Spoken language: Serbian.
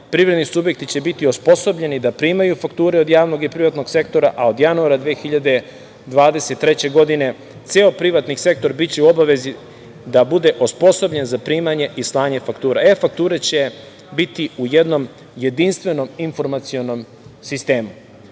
privredni subjekti će biti osposobljeni da primaju fakture od javnog i privatnog sektora, a od januara 2023. godine ceo privatni sektor biće u obavezi da bude osposobljen za primanje i slanje faktura. Elektronske fakture će biti u jednom jedinstvenom informacionom sistemu. Dodatno,